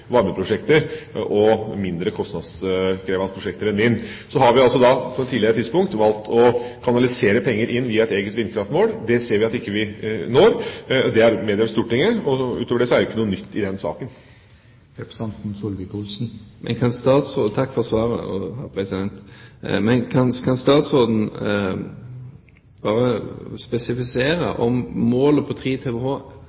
mindre kostnadskrevende prosjekter enn vindkraft. Vi har altså på et tidligere tidspunkt valgt å kanalisere penger inn via et eget vindkraftmål. Det ser vi at vi ikke når. Det er meddelt Stortinget. Utover det er det ikke noe nytt i denne saken. Takk for svaret. Men kan statsråden spesifisere om målet om 3 TWh står med et senere tidspunkt for